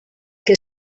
que